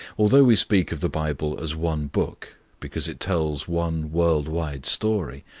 although we speak of the bible as one book, because it tells one world-wide story,